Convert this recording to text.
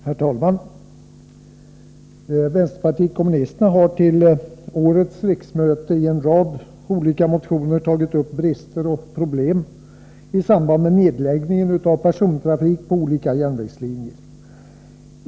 Herr talman! Vänsterpartiet kommunisterna har till årets riksmöte i en rad olika motioner tagit upp brister och problem i samband med nedläggningen av persontrafik på olika järnvägslinjer.